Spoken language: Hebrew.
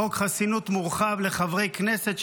חוק חסינות מורחב לחברי כנסת,